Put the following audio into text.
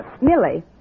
Millie